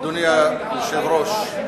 אדוני היושב-ראש,